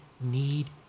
need